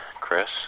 Chris